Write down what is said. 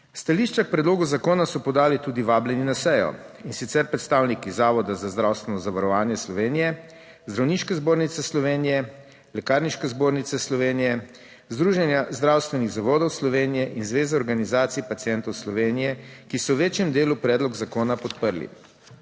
Stališče k predlogu zakona so podali tudi vabljeni na sejo, in sicer predstavniki Zavoda za zdravstveno zavarovanje Slovenije, Zdravniške zbornice Slovenije, Lekarniške zbornice Slovenije, Združenja zdravstvenih zavodov Slovenije in Zveze organizacij pacientov Slovenije, ki so v večjem delu predlog zakona podprli.